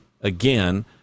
again